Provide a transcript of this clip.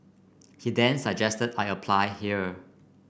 he then suggested I apply here